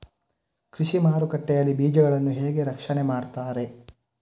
ಕೃಷಿ ಮಾರುಕಟ್ಟೆ ಯಲ್ಲಿ ಬೀಜಗಳನ್ನು ಹೇಗೆ ರಕ್ಷಣೆ ಮಾಡ್ತಾರೆ?